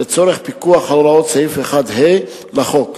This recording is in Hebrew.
לצורך פיקוח על הוראות סעיף 1ה לחוק,